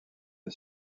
est